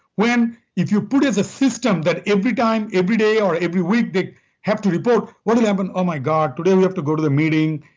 when you put as a system that every time, or every day, or every week, they have to report. what happens? oh my god today we have to go to the meeting.